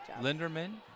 Linderman